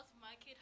Market